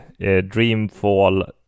Dreamfall